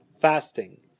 fasting